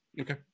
Okay